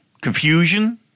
confusion